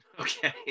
Okay